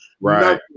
Right